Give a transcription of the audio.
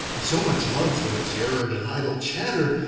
and so much love for absurd and idle chatter,